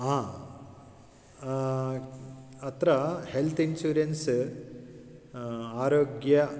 हा अत्र health insurance आरोग्यम्